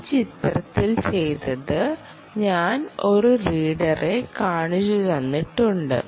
ഈ ചിത്രത്തിൽ ചെയ്തത് ഞാൻ ഒരു റീഡറെ കാണിച്ചുതന്നിട്ടുണ്ട്